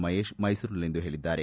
ಮಹೇಶ್ ಮೈಸೂರಿನಲ್ಲಿಂದು ತಿಳಿಸಿದ್ದಾರೆ